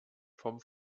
vom